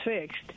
fixed